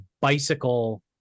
bicycle